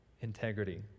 Integrity